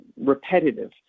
repetitive